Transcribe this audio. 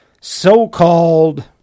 so-called